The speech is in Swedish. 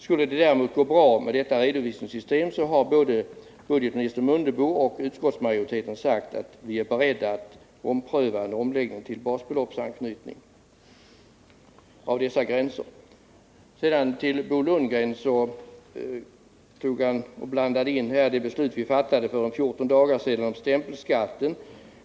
Skulle det däremot gå bra med detta 28 maj 1979 redovisningssystem har både budgetminister Mundebo och utskottet sagt att de är beredda att ompröva en omläggning till basbeloppsanknytning av dessa gränser. Å Bo Lundgren blandade in det beslut vi fattade för ca 14 dagar sedan om stämpelskatten.